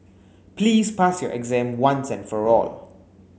please pass your exam once and for all